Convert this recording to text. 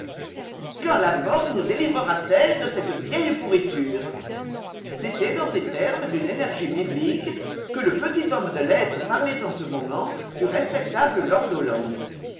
quand la mort nous délivrera t elle de cette vieille pourriture c'était dans ces termes d'une énergie biblique que le petit homme de lettres parfait en ce moment du respectable lord holland